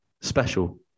special